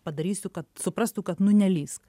padarysiu kad suprastų kad nu nelįsk